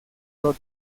road